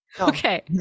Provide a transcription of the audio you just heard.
okay